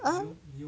ah